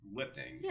lifting